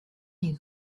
you